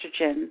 estrogen